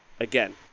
again